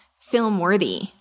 film-worthy